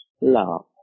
love